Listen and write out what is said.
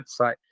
website